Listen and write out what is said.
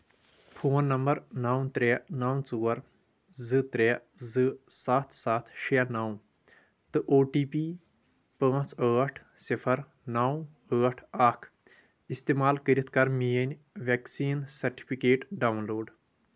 phone number نو ترٛے نو ژور زٕ ترٛے زٕ سَتھ سَتھ شیٚے نو تہٕ او ٹی پی پانٛژھ ٲٹھ صِفر نو ٲٹھ اکھ استعمال کٔرِتھ کر میٲنۍ ویکسیٖن سٹِفکیٹ ڈاؤن لوڈ